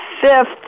fifth